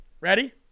Ready